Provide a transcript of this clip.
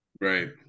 Right